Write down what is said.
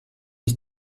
ich